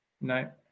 No